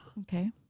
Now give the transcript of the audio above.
okay